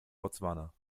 botswana